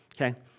Okay